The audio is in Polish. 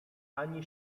ani